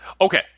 Okay